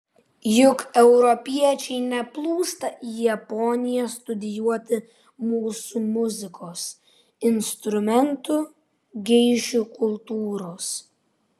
juk europiečiai neplūsta į japoniją studijuoti mūsų muzikos instrumentų geišų kultūros